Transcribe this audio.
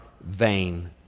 vain